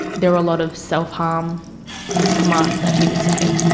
there were a lot of self-harm commands that he would say.